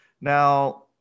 Now